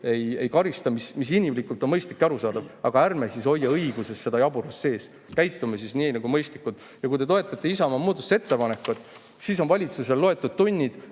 ei karista, mis inimlikult on mõistlik ja arusaadav, aga ärme siis hoia õiguses seda jaburust sees. Käitume nii, nagu mõistlik on. Ja kui te toetate Isamaa muudatusettepanekut, siis on valitsusel loetud tunnid,